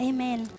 Amen